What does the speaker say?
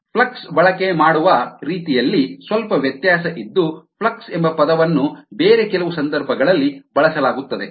flux ಬಳಕೆ ಮಾಡುವ ರೀತಿಯಲ್ಲಿ ಸ್ವಲ್ಪ ವ್ಯತ್ಯಾಸ ಇದ್ದು ಫ್ಲಕ್ಸ್ ಎಂಬ ಪದವನ್ನು ಬೇರೆ ಕೆಲವು ಸಂದರ್ಭಗಳಲ್ಲಿ ಬಳಸಲಾಗುತ್ತದೆ